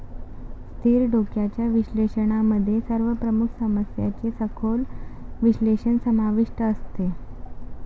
स्थिर डोळ्यांच्या विश्लेषणामध्ये सर्व प्रमुख समस्यांचे सखोल विश्लेषण समाविष्ट असते